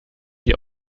die